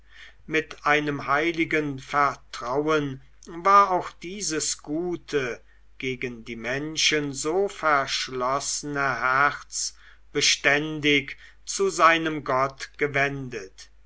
mit einem heiligen vertrauen war auch dieses gute gegen die menschen so verschlossene herz beständig zu seinem gott gewendet